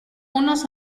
unos